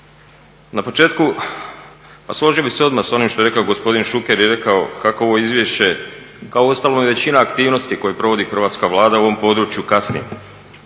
Na početku pa složio bih se odmah s onim što je rekao gospodin Šuker koji je rekao kako ovo izvješće, kao uostalom i većina aktivnosti koje provodi Hrvatska vlada u ovom području, kasni.